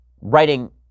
writing